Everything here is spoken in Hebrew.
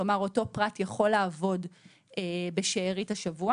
כלומר אותו פרט יכול לעבוד בשארית השבוע